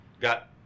got